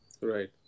Right